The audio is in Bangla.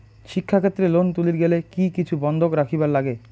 শিক্ষাক্ষেত্রে লোন তুলির গেলে কি কিছু বন্ধক রাখিবার লাগে?